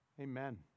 amen